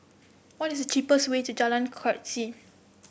what is the cheapest way to Jalan Keris